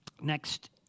Next